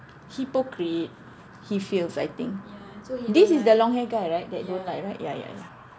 hypocrite he feels I think this is the long hair guy right that you don't like right ya ya ya